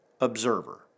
Observer